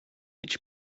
its